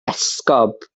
esgob